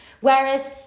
Whereas